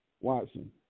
Watson